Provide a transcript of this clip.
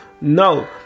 No